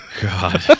God